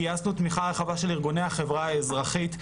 גייסנו תמיכה רחבה של ארגוני החברה האזרחית,